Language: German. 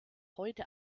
heute